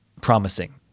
promising